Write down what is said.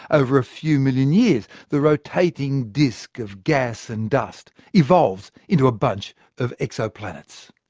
over a few million years, the rotating disc of gas and dust evolves into a bunch of exoplanets?